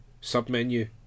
sub-menu